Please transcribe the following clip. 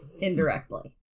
Indirectly